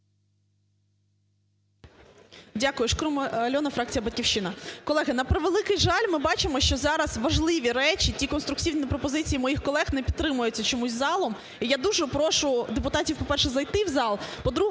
Дякую. Шкрум Альона, фракція "Батьківщина". Колеги, на превеликий жаль, ми бачимо, що зараз важливі речі, ті конструктивні пропозиції моїх колег не підтримуються чомусь залом. І я прошу, депутатів, по-перше, зайти в зал.